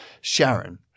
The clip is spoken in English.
Sharon